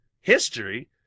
History